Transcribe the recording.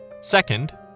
Second